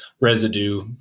residue